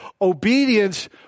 Obedience